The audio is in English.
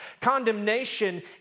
Condemnation